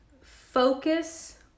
focus